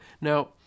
Now